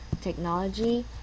technology